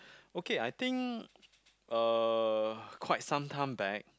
okay I think uh quite some time back